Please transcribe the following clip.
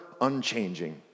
unchanging